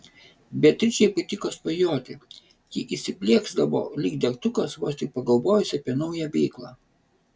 beatričei patiko svajoti ji įsiplieksdavo lyg degtukas vos tik pagalvojusi apie naują veiklą